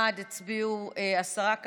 בעד הצביעו עשרה.